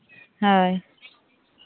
ᱦᱳᱭ